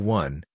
one